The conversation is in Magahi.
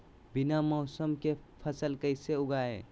बिना मौसम के फसल कैसे उगाएं?